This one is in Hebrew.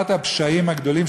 אחד הפשעים הגדולים,